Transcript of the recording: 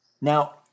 Now